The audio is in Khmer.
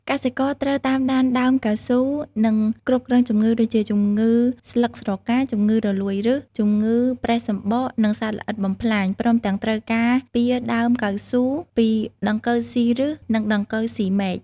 កសិករត្រូវតាមដានដើមកៅស៊ូ និងគ្រប់គ្រងជំងឺ ដូចជា ជំងឺស្លឹកស្រកា ជំងឺរលួយឫស ជំងឺប្រេះសំបក និងសត្វល្អិតបំផ្លាញ ព្រមទាំងត្រូវការពារដើមកៅស៊ូពី ដង្កូវស៊ីឫស និងដង្កូវស៊ីមែក។